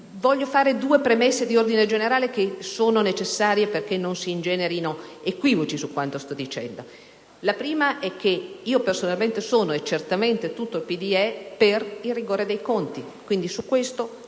Voglio fare due premesse di ordine generale che sono necessarie perché non si ingenerino equivoci su quanto sto dicendo. Personalmente sono, come sicuramente tutto il PD, per il rigore dei conti: su questo